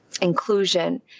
inclusion